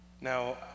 Now